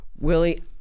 Willie